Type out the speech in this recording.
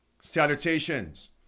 salutations